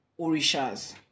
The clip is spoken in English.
Orishas